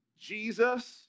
Jesus